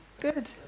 Good